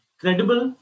credible